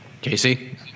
Casey